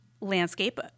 landscape